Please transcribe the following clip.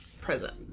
present